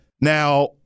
Now